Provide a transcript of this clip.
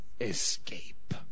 escape